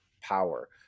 power